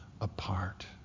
apart